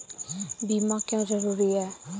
बीमा क्यों जरूरी हैं?